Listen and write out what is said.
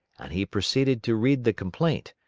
and he proceeded to read the complaint,